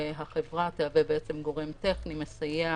והחברה תהווה גורם טכני מסייע